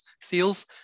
seals